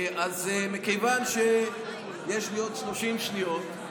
מכיוון שיש לי עוד 30 שניות,